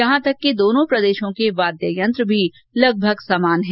यहां तक कि दोनों प्रदेशों के वाद्य यंत्र भी लगभग समान हैं